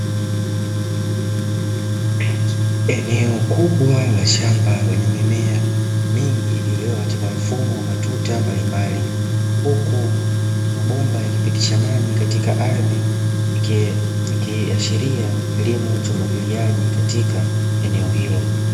Eneo kubwa la shamba lenye mimea mingi iliyo katika mfumo wa matuta mbalimbali, huku mabomba yakipitisha maji katika ardhi, ikiashiria kilimo cha umwagiliaji katika eneo hilo.